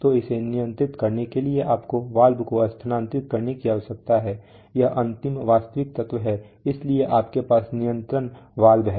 तो इसे नियंत्रित करने के लिए आपको वाल्व को स्थानांतरित करने की आवश्यकता है यह अंतिम वास्तविक तत्व है इसलिए आपके पास नियंत्रण वाल्व है